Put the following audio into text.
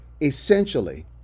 Essentially